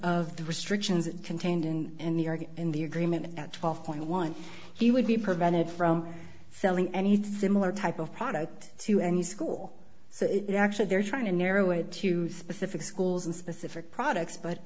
of the restrictions that contained in and new york in the agreement at twelve point one he would be prevented from selling anything similar type of product to any school so it actually they're trying to narrow it to specific schools and specific products but